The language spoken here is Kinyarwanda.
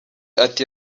ati